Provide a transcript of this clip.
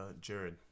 Jared